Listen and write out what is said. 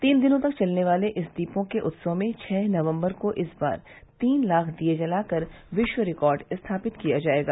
तीन दिनों तक चलने वाले इस दीपों के उत्सव में छः नवम्बर को इस बार तीन लाख दिये जलाकर विश्व रिकार्ड स्थापित किया जायेगा